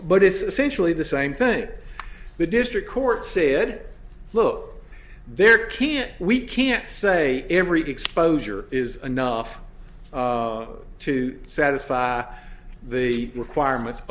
but it's essentially the same thing that the district court said look there can't we can't say every exposure is enough to satisfy the requirements